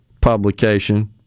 publication